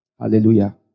Hallelujah